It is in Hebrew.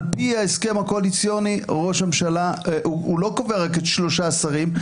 על פי ההסכם הקואליציוני ראש הממשלה לא קובע רק שלושה שרים,